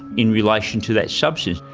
in relation to that substance.